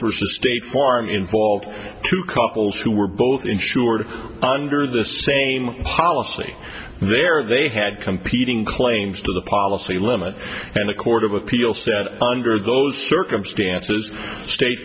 the state farm involved two couples who were both insured under the same policy there they had competing claims to the policy limit and the court of appeal said under those circumstances state